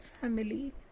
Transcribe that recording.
family